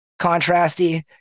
contrasty